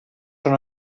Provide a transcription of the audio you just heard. són